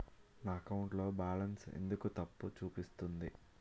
నా అకౌంట్ లో బాలన్స్ ఎందుకు తప్పు చూపిస్తుంది?